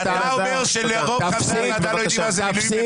כשאתה אומר שרוב חברי הוועדה לא יודעים מה זה מילואים,